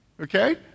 Okay